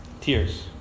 Tears